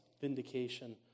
vindication